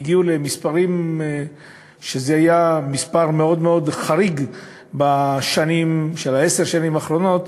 והגיעו למספרים שהיו מאוד מאוד חריגים בעשר השנים האחרונות,